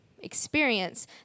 experience